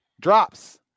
drops